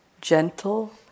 gentle